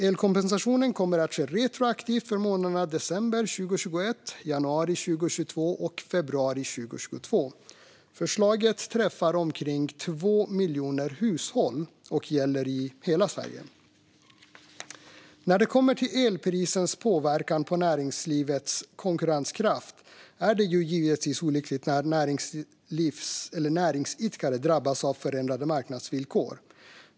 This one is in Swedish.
Elpriskompensationen kommer att ske retroaktivt för månaderna december 2021, januari 2022 och februari 2022. Förslaget träffar omkring 2 miljoner hushåll och gäller i hela Sverige. När det kommer till elprisernas påverkan på näringslivets konkurrenskraft är det givetvis olyckligt när näringsidkare drabbas av förändrade marknadsvillkor.